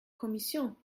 commission